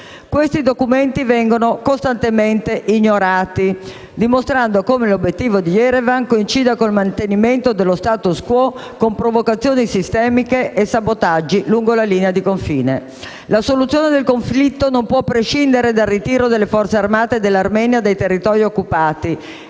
Tali documenti vengono costantemente ignorati, dimostrando come l'obiettivo di Yerevan coincida con il mantenimento dello *status quo*, con provocazioni sistematiche e sabotaggi lungo la linea di confine. La soluzione del conflitto non può prescindere dal ritiro delle forze armate dell'Armenia dai territori occupati,